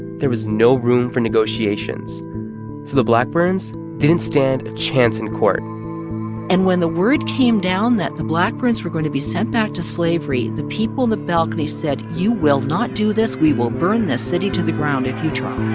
there was no room for negotiations, so the blackburns didn't stand a chance in court and when the word came down that the blackburns were going to be sent back to slavery, the people in the balcony said, you will not do this. we will burn this city to the ground if you try